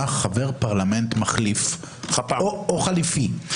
חבר פרלמנט מחליף או חליפי.